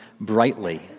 brightly